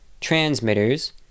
transmitters